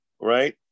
right